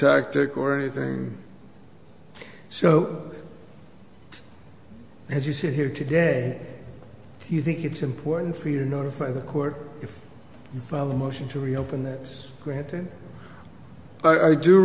tactic or anything so as you sit here today you think it's important for you to notify the court if you file a motion to reopen that's granted but i do